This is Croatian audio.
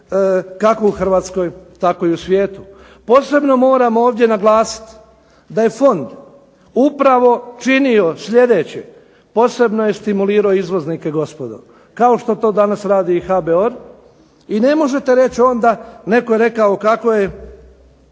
kako u Hrvatskoj tako i u svijetu. Posebno moram ovdje naglasiti da je Fond upravo činio sljedeće, posebno je stimulirao izvoznike gospodo, kao što to danas radi i HBOR i ne možete reći onda, netko je rekao kako je,